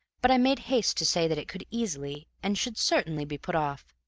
but i made haste to say that it could easily, and should certainly, be put off.